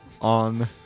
on